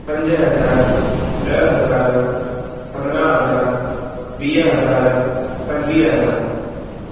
पंज हज़ार ॾह हज़ार पंद्रहं हज़ार वीह हज़ार पंजवीह हज़ार